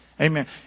Amen